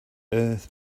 earth